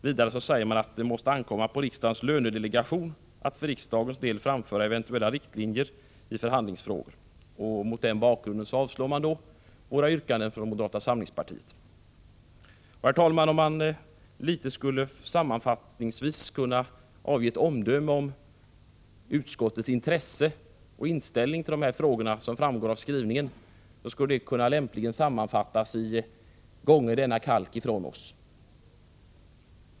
Vidare skriver man att det måste ankomma på riksdagens lönedelegation att för riksdagens del framföra eventuella riktlinjer i förhandlingsfrågor. Mot den bakgrunden avstyrker man moderata samlingspartiets yrkanden. Herr talman! Om man skulle avge ett omdöme om utskottets intresse för och inställning till de här frågorna, som framgår av skrivningen, skulle det lämpligen kunna sammanfattas i orden: Gånge denna kalk ifrån oss.